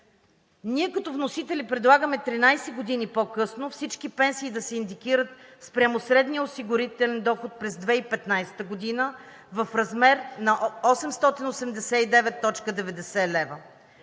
Ние като вносители предлагаме 13 години по-късно всички пенсии да се индикират спрямо средния осигурителен доход през 2015 г. в размер на 889,90 лв.